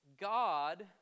God